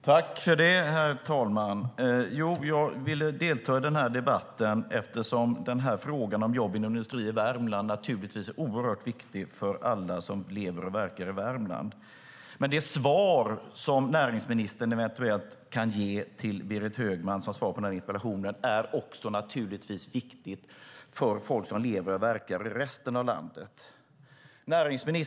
Herr talman! Jag vill delta i debatten eftersom frågan om jobben inom industrin i Värmland naturligtvis är oerhört viktig för alla som lever och verkar i Värmland. Men det svar näringsministern eventuellt kan ge Berit Högman som svar på hennes interpellation är givetvis viktigt också för folk som lever och verkar i resten av landet. Herr talman!